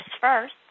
first